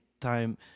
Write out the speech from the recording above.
time